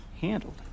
handled